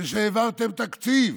ושהעברתם תקציב,